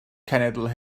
cenedl